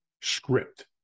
script